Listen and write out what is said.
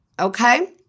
okay